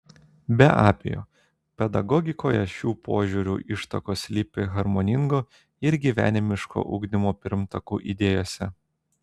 be abejo pedagogikoje šių požiūrių ištakos slypi harmoningo ir gyvenimiško ugdymo pirmtakų idėjose